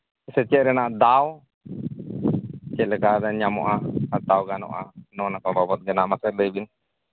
ᱥᱮᱪᱮᱫ ᱨᱮᱱᱟᱜ ᱫᱟᱣ ᱪᱮᱫ ᱞᱮᱠᱟ ᱵᱮᱱ ᱧᱟᱢᱚᱜᱼᱟ ᱦᱟᱛᱟᱣ ᱜᱟᱱᱚᱜᱼᱟ ᱱᱚᱣᱟ ᱠᱚ ᱵᱟᱵᱚᱫ ᱞᱟᱹᱭ ᱵᱤᱱ